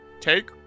take